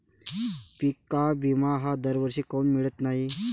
पिका विमा हा दरवर्षी काऊन मिळत न्हाई?